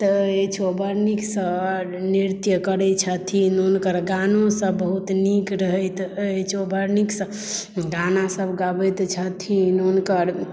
अछि बड़ नीकसँ नृत्य करै छथिन हुनकर गानो सभ बहुत नीक रहैत अछि बड़ नीकसँ गाना सभ गबैत छथिन हुनकर